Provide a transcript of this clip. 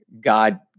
God